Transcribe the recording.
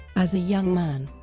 as a young man,